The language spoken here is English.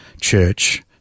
church